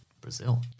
Brazil